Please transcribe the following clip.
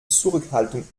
zurückhaltung